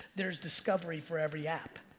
there's discovery for every app.